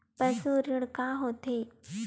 पशु ऋण का होथे?